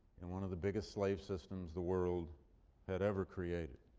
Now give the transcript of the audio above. in one of the biggest slave systems the world had ever created.